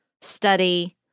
study